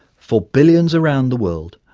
for billions around the world,